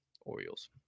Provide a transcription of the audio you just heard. Orioles